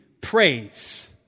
praise